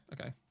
okay